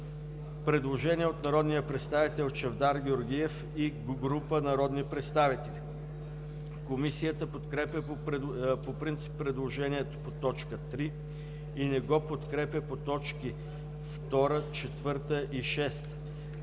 Предложение от народния представител Чавдар Георгиев и група народни представители. Комисията подкрепя по принцип предложението по т. 3 и не го подкрепя по т. 2, 4 и 6,